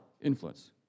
influence